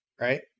right